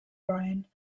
brian